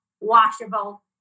washable